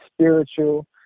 spiritual